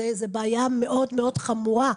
זו בעיה מאוד חמורה,